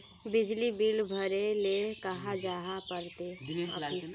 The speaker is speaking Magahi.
बिजली बिल भरे ले कहाँ जाय पड़ते ऑफिस?